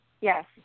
Yes